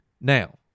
Now